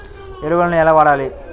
ఎరువులను ఎలా వాడాలి?